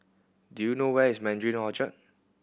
do you know where is Mandarin Orchard